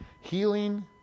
healing